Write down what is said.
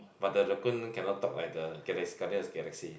but the raccoon cannot talk like the Galax~ Guardian or Galaxy